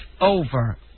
over